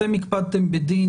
אתם הקפדתם בדין,